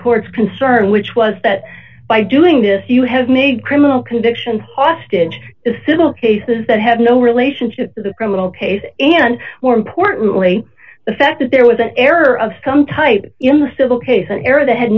court's concern which was that by doing this you have made criminal convictions hostage to civil cases that have no relationship to the criminal case and more importantly the fact that there was an error of some type in the civil case an error that had